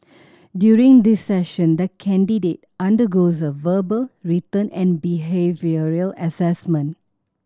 during this session the candidate undergoes a verbal written and behavioural assessment